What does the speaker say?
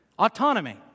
Autonomy